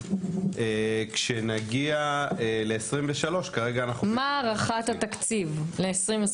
כשנגיע ל-2023 --- מה הערכת התקציב ל-2023?